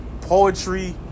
poetry